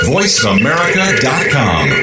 VoiceAmerica.com